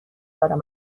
زدم